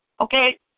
okay